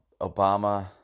Obama